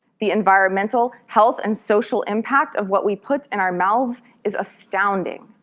the environmental, health and social impact of what we put in our mouth is astounding.